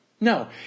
No